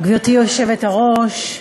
אני שואל: